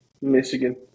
Michigan